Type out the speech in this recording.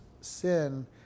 sin